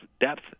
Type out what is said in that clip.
depth